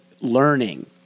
learning